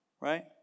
right